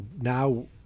now